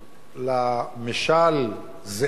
למשל "זאב,